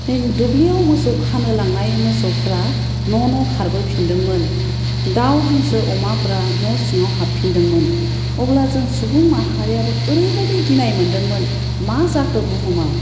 दुब्लियाव मोसौ खानो लांनाय मोसौफोरा न' न' खारबोफिनदोंमोन दाव हांसो अमाफोरा न' सिङाव हाबफिनदोंमोन अब्ला जों सुबुं माहारियाबो ओरैबादि गिनाय मोनदोंमोन मा जाखो बुहुमाव